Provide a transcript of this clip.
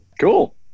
Cool